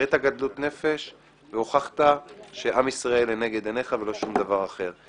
הראית גדלות נפש והוכחת שעם ישראל לנגד עיניך ולא שום דבר אחר.